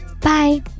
Bye